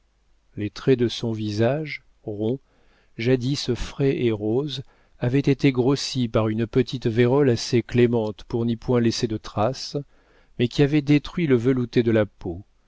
les traits de son visage rond jadis frais et rose avaient été grossis par une petite vérole assez clémente pour n'y point laisser de traces mais qui avait détruit le velouté de la peau